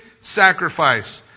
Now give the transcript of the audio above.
sacrifice